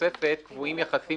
בתוספת קבועים יחסים